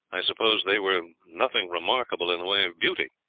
i suppose they were nothing remarkable in the way of beauty,